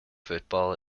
football